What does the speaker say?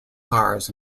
cars